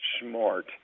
smart